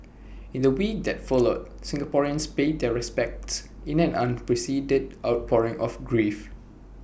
in the week that followed Singaporeans paid their respects in an unprecedented outpouring of grief